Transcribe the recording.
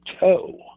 toe